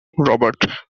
robert